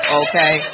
okay